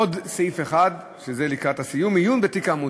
עוד סעיף אחד, זה לקראת הסיום, עיון בתיק עמותה: